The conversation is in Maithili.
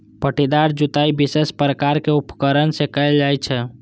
पट्टीदार जुताइ विशेष प्रकारक उपकरण सं कैल जाइ छै